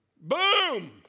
Boom